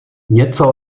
něco